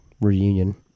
reunion